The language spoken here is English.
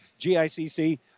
GICC